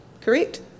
correct